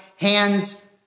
Hands